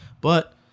But-